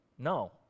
No